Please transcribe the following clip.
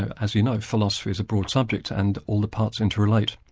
as you know, philosophy is a broad subject and all the parts inter-relate.